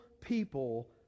people